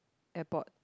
airport